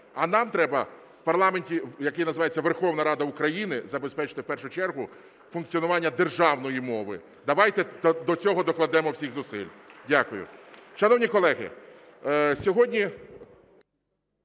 А нам треба в парламенті, який називається Верховна Рада України, забезпечити в першу чергу функціонування державної мови, давайте до цього докладемо всіх зусиль. Дякую.